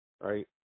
Right